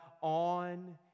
on